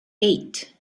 eight